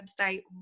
website